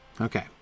Okay